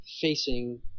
facing